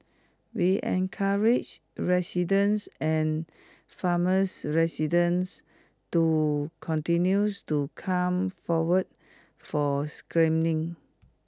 we encourage residents and farmers residents to continues to come forward for screening